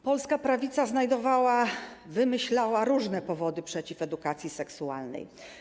Polska Prawica znajdowała, wymyślała różne powody przeciw edukacji seksualnej.